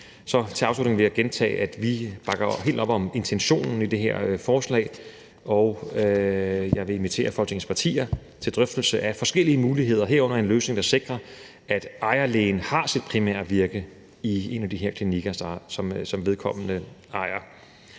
til afslutning vil jeg gentage, at jeg helt bakker op om intentionen i det her forslag, og jeg vil invitere Folketingets partier til drøftelse af forskellige muligheder, herunder en løsning, der sikrer, at ejerlægen har sit primære virke i en af de her klinikker, som vedkommende ejer.